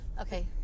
Okay